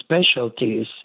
specialties